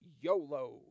YOLO